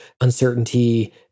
uncertainty